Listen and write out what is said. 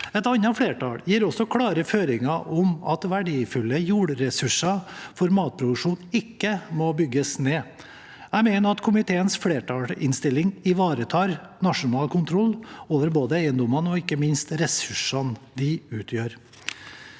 Et annet flertall gir også klare føringer om at verdifulle jordressurser for matproduksjon ikke må bygges ned. Jeg mener at komiteens flertallsinnstilling ivaretar nasjonal kontroll over både eiendommene og ikke minst ressursene de utgjør.